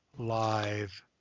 live